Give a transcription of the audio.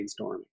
brainstorming